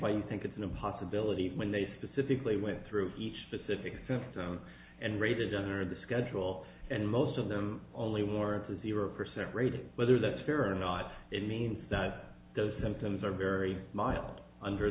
why you think it's no possibility when they specifically went through each specific symptom and rated under the schedule and most of them only one or zero percent grade whether that's fair or not it means that those impulses are very mild under